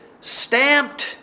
stamped